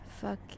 fuck